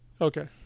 Okay